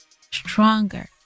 stronger